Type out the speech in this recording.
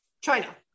China